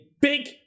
big